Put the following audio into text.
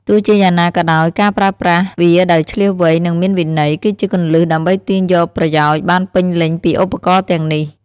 ទោះជាយ៉ាងណាក៏ដោយ ការប្រើប្រាស់វាដោយឈ្លាសវៃ និងមានវិន័យ គឺជាគន្លឹះដើម្បីទាញយកប្រយោជន៍បានពេញលេញពីឧបករណ៍ទាំងនេះ។